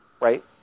Right